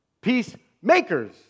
Peacemakers